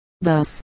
Thus